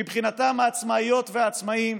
מבחינתם העצמאיות והעצמאים,